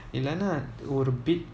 இல்லனா ஒரு:illanaa oru a bit